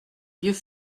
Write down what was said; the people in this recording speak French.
vieux